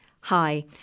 Hi